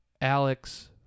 Alex